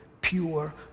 pure